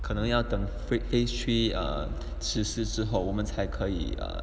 可能要等 phase three um 此事之后我们才可以 err